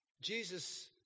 Jesus